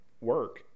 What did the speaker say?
work